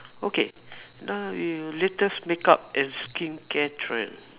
okay now err latest makeup and skincare trend